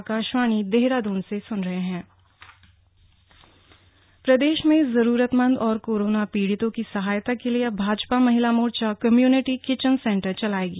community kitchen centre प्रदेश में जरुरतमन्द और कोरोना पीड़ितों की सहायता के लिए अब भाजपा महिला मोर्चा कम्यूनिटी किचन सेंटर चलायेगी